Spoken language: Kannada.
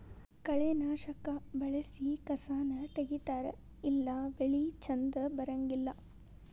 ಕಳೆನಾಶಕಾ ಬಳಸಿ ಕಸಾನ ತಗಿತಾರ ಇಲ್ಲಾ ಬೆಳಿ ಚಂದ ಬರಂಗಿಲ್ಲಾ